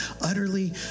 utterly